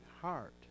heart